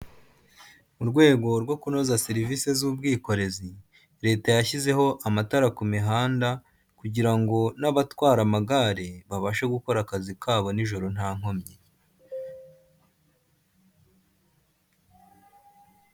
Mu rwego rwo kunoza serivisi z'ubwikorezi, leta yashyizeho amatara ku mihanda kugira ngo n'abatwara amagare babashe gukora akazi kabo nijoro nta nkomyi.